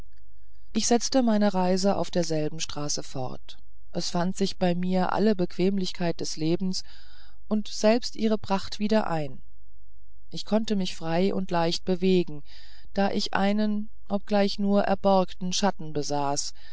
ich setzte meine reise auf derselben straße fort es fanden sich bei mir alle bequemlichkeiten des lebens und selbst ihre pracht wieder ein ich konnte mich frei und leicht bewegen da ich einen obgleich nur erborgten schatten besaß